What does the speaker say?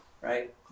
right